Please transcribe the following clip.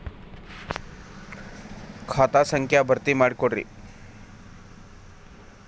ಖಾತಾ ಸಂಖ್ಯಾ ಭರ್ತಿ ಮಾಡಿಕೊಡ್ರಿ